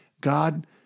God